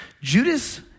Judas